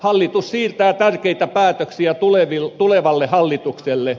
hallitus siirtää tärkeitä päätöksiä tulevalle hallitukselle